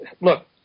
Look